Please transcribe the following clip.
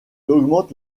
augmente